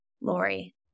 Lori